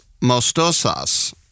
Mostosas